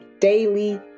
daily